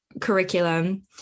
curriculum